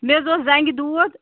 مےٚ حظ اوس زَنگہِ دود